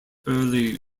early